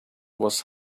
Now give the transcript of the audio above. was